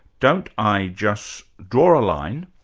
don't i just draw a line,